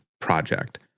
project